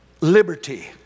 liberty